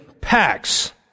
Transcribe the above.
packs